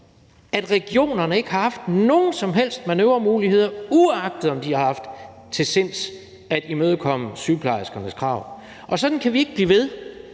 at regionerne ikke har haft nogen som helst manøvremuligheder, uagtet om de har haft til sinds at imødekomme sygeplejerskernes krav. Sådan kan vi ikke blive ved,